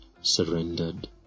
surrendered